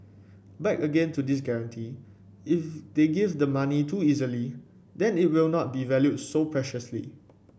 back again to this guarantee if they give the money too easily then it will not be valued so preciously